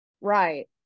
Right